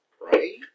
Right